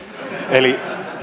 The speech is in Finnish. eli